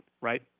right